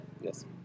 Yes